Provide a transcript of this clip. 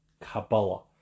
Kabbalah